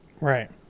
Right